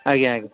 ଆଜ୍ଞା ଆଜ୍ଞା